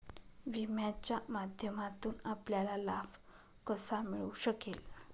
विम्याच्या माध्यमातून आपल्याला लाभ कसा मिळू शकेल?